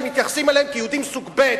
שמתייחסים אליהם כיהודים סוג ב',